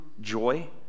joy